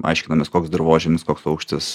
aiškinamės koks dirvožemis koks aukštis